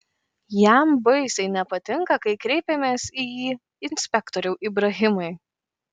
jam baisiai nepatinka kai kreipiamės į jį inspektoriau ibrahimai